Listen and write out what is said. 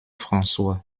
françois